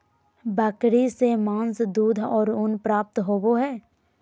बकरी से मांस, दूध और ऊन प्राप्त होबय हइ